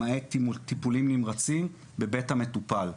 למעט טיפולים נמרצים בבית המטופל.